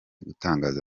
gutangaza